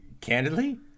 candidly